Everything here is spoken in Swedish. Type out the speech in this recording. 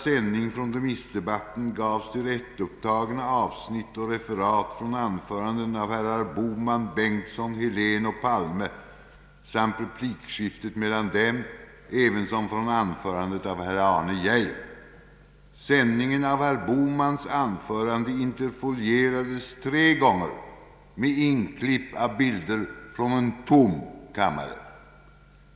Sändningen av herr Bohmans anförande interfolierades tre gånger med inklipp av bilder från en tom kammare.